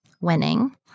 winning